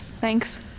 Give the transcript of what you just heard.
thanks